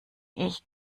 ich